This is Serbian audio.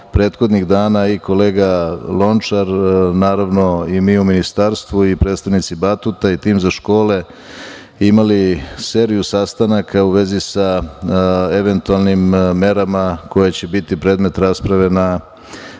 prethodnih dana i kolega Lončar, naravno i mi u ministarstvu i predstavnici „Batuta“ i tim za škole imali seriju sastanaka u vezi sa eventualnim merama koje će biti predmet rasprave na